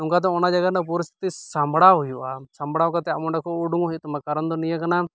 ᱱᱚᱝᱠᱟᱛᱮ ᱚᱱᱟ ᱡᱟᱭᱜᱟ ᱨᱮᱭᱟᱜ ᱯᱚᱨᱤᱥᱛᱤᱛᱤ ᱥᱟᱢᱵᱽᱲᱟᱣ ᱦᱩᱭᱩᱜᱼᱟ ᱥᱟᱢᱵᱽᱲᱟᱣ ᱠᱟᱛᱮ ᱟᱢ ᱚᱸᱰᱮ ᱠᱷᱚᱡ ᱩᱰᱩᱝᱚᱜ ᱦᱩᱭᱩᱜ ᱛᱟᱢᱟ ᱠᱟᱨᱚᱱ ᱫᱚ ᱱᱤᱭᱟᱹ ᱠᱟᱱᱟ